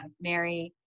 Mary